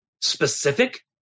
specific